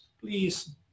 Please